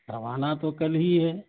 روانہ تو کل ہی ہے